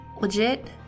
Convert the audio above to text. legit